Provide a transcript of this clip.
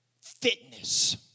Fitness